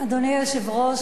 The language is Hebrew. אדוני היושב-ראש,